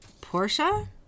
Portia